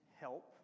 help